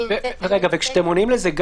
כשאתם עונים לזה,